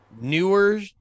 newer